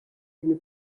une